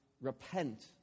repent